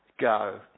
go